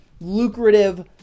lucrative